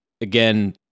again